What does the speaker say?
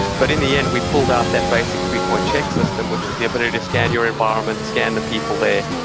but in the end, we pulled out that basic three point check system, which is the ability to scan your environment, scan the people there,